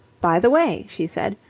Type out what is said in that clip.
by the way, she said,